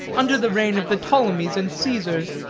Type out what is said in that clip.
under the reign of the ptolemies and caesars,